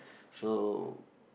so